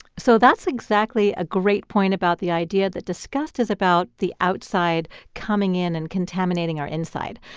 so that's exactly a great point about the idea that disgust is about the outside coming in and contaminating our inside.